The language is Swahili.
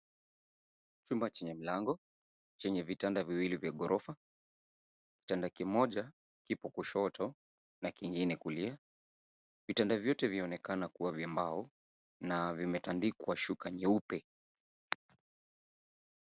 Chumba chenye mlango, chenye vitanda viwili vya ghorofa. Kitanda kimoja kipo kushoto na kingine kulia. Vitanda vyote vyaonekana kuwa vya mbao na vimetandikwa shuka nyeupe.